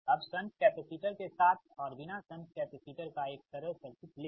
अब shunt capacitor के साथ और बिना शंट कैपेसिटर का एक सरल सर्किट लें